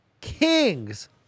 kings